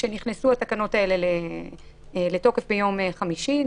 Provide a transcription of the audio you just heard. כשנכנסו התקנות האלה לתוקף ביום שישי.